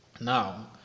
Now